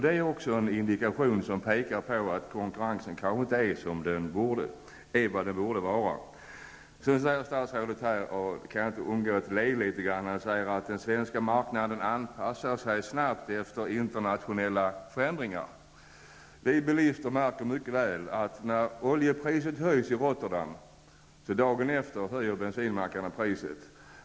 Det är också en indikation på att det kanske inte är som det borde vara när det gäller konkurrensen på detta område. Statsrådet säger, och jag kan inte låta bli att le när jag tänker på det, att den svenska marknaden snabbt anpassar sig till internationella förändringar. Vi bilister märker mycket väl att priset vid bensinmackarna höjs dagen efter det att oljepriset höjts i Rotterdam.